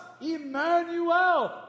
Emmanuel